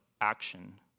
action